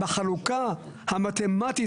בחלוקה המתמטית,